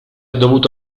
dovuto